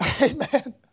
Amen